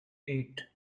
eight